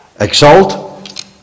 Exalt